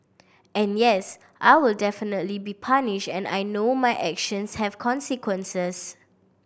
and yes I will definitely be punished and I know my actions have consequences